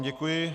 Děkuji.